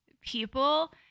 people